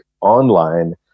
online